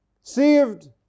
Saved